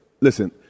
listen